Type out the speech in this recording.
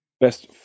Best